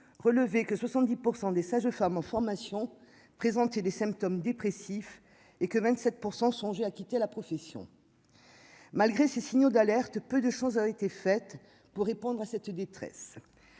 relevé que 70 % des sages-femmes en formation présenté des symptômes dépressifs et que 27 % songé à quitter la profession malgré ces signaux d'alerte, peu de choses avaient été faites pour répondre à cette détresse